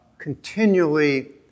Continually